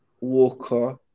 Walker